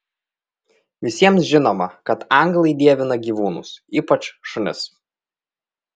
visiems žinoma kad anglai dievina gyvūnus ypač šunis